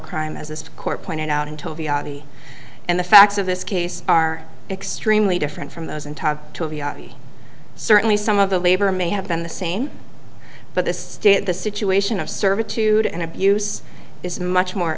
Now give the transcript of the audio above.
crime as this court pointed out until the and the facts of this case are extremely different from those and certainly some of the labor may have been the same but the state the situation of servitude and abuse is much more